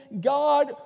God